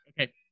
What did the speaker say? Okay